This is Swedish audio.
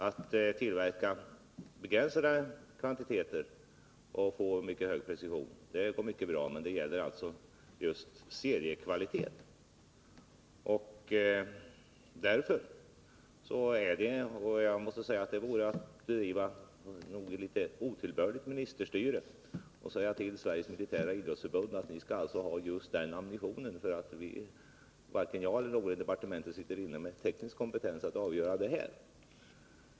Att tillverka begränsade kvantiteter och få mycket hög precision går mycket bra, men det gäller alltså ha just seriekvalitet. Det vore nog också att bedriva litet otillbörligt ministerstyre, om jag sade till Sveriges militära idrottsförbund att det skall ha just den här ammunitionen, för varken jag eller någon annan i departementet sitter inne med teknisk kompetens att avgöra den saken.